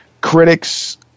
critics